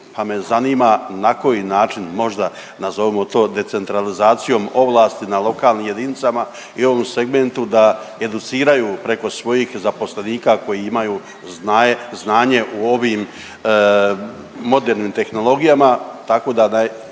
pa me zanima na koji način možda nazovimo to decentralizacijom ovlasti na lokalnim jedinicama i u ovom segmentu da educiraju preko svojih zaposlenika koji imaju znanje u ovim modernim tehnologijama,